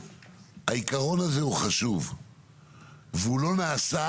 העיקרון הזה הוא חשוב והוא לא נעשה